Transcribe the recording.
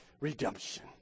redemption